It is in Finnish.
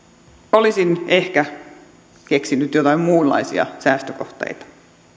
olisin ehkä keksinyt joitain muunlaisia säästökohteita